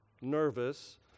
nervous